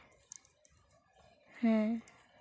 ᱦᱮᱸ